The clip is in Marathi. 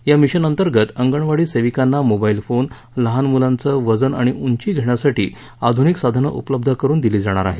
या मिशनअंतर्गत अंगणवाडी सेविकांना मोबाईल फोन लहान मुलांचं वजन उंची घेण्यासाठी आधुनिक साधने उपलब्ध करुन देण्यात येणार आहेत